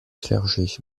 clergé